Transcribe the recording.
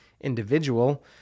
individual